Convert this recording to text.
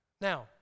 Now